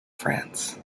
france